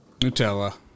Nutella